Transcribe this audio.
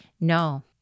No